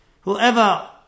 Whoever